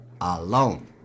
alone